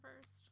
first